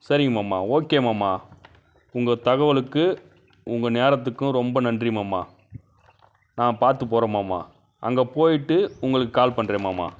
சரிங்க மாமா ஓகே மாமா உங்கள் தகவலுக்கு உங்கள் நேரத்துக்கும் ரொம்ப நன்றி மாமா நான் பார்த்துப் போகிறேன் மாமா அங்கே போய்விட்டு உங்களுக்கு கால் பண்ணுறேன் மாமா